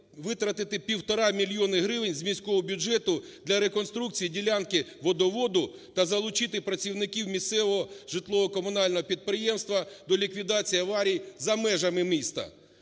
витратити півтора мільйона гривень з міського бюджету для реконструкції ділянки водоводу та залучити працівників місцевого житлово-комунального підприємства до ліквідації аварії за межами міста.